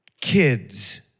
kids